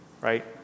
Right